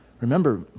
Remember